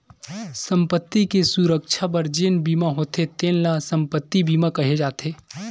संपत्ति के सुरक्छा बर जेन बीमा होथे तेन ल संपत्ति बीमा केहे जाथे